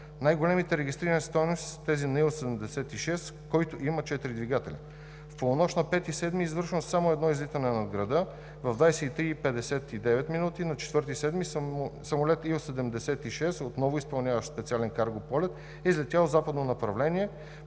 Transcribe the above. Най-големите регистрирани стойности са тези на Ил-76, който има четири двигателя. В полунощ на 5 юли е извършвано само едно излитане над града в 23,59 ч. На 4 юли самолет Ил-76, отново изпълняващ специален карго полет, е излетял в западно направление